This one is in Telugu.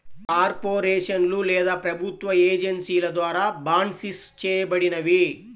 కార్పొరేషన్లు లేదా ప్రభుత్వ ఏజెన్సీల ద్వారా బాండ్సిస్ చేయబడినవి